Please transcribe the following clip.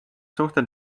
suhted